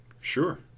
sure